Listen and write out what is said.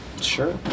Sure